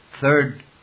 Third